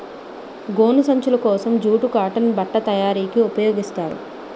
గోను సంచులు కోసం జూటు కాటన్ బట్ట తయారీకి ఉపయోగిస్తారు